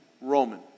Roman